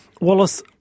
Wallace